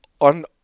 on